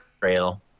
trail